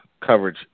coverage